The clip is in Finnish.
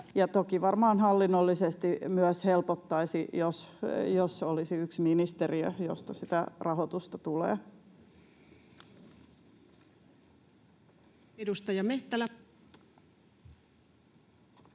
Toki varmaan hallinnollisesti myös helpottaisi, jos olisi yksi ministeriö, josta sitä rahoitusta tulee. Edustaja Mehtälä.